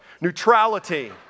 Neutrality